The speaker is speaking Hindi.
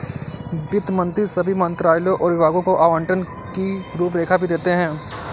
वित्त मंत्री सभी मंत्रालयों और विभागों को आवंटन की रूपरेखा भी देते हैं